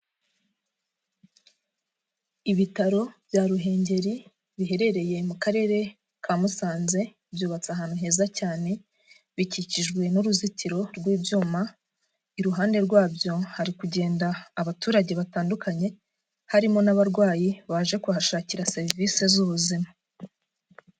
Ibitaro bya Ruhengeri biherereye mu karere ka Musanze byubatse ahantu heza cyane bikikijwe n'uruzitiro rw'ibyuma, iruhande rwabyo hari kugenda abaturage batandukanye harimo n'abarwayi baje kuhashakira serivisi z'ubuzima.